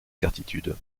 certitude